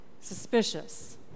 suspicious